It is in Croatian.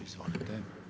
Izvolite.